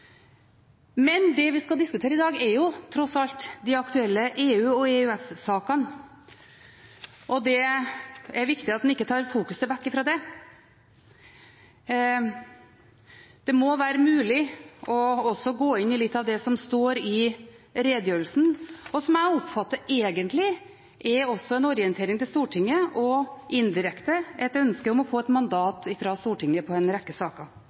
Men det vi skal diskutere i dag, er tross alt de aktuelle EU- og EØS-sakene, og det er viktig at en ikke tar fokuset vekk ifra det. Det må være mulig også å gå inn i litt av det som står i redegjørelsen, og som jeg oppfatter at egentlig er en orientering til Stortinget og indirekte et ønske om å få et mandat ifra Stortinget i en rekke saker.